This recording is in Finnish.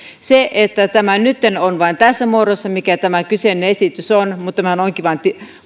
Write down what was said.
kun tämä nyt on vain tässä muodossa mikä tämä kyseinen esitys on mutta tämä onkin vain